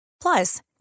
Plus